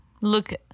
look